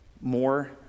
more